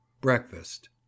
breakfast